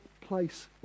place